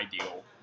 ideal